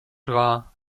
war